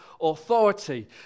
authority